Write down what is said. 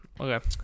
Okay